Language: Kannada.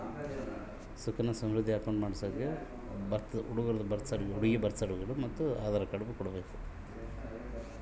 ಸುಕನ್ಯಾ ಸಮೃದ್ಧಿ ಅಕೌಂಟ್ ಮಾಡಿಸೋಕೆ ಏನೇನು ಪ್ರೂಫ್ ಕೊಡಬೇಕು ಅಂತ ಹೇಳ್ತೇರಾ?